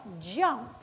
jump